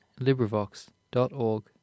LibriVox.org